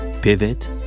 Pivot